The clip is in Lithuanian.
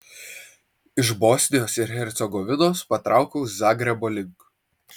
iš bosnijos ir hercegovinos patraukiau zagrebo link